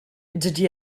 dydy